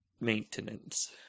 Maintenance